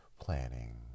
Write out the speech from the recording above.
planning